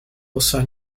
also